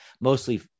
mostly